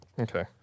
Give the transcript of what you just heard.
okay